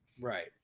Right